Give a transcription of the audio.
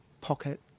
pocket